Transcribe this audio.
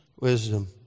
Wisdom